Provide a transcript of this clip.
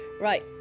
Right